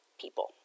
people